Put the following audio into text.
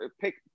pick